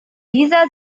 dieser